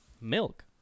Milk